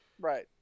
right